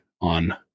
on